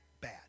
bad